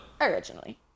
Originally